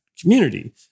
community